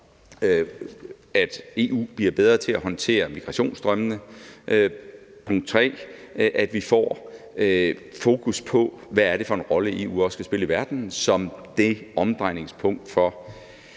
at EU bliver bedre til at håndtere migrationsstrømmene. Punkt 3: Vi får fokus på, hvad det er for en rolle, EU også skal spille i verden som det omdrejningspunkt for,